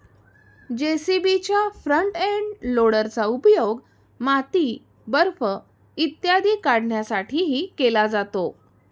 जे.सी.बीच्या front end लोडरचा उपयोग माती, बर्फ इत्यादी काढण्यासाठीही केला जातो